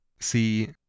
see